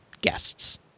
guests